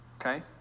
okay